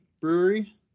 Brewery